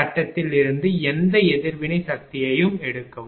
கட்டத்திலிருந்து எந்த எதிர்வினை சக்தியையும் எடுக்கவும்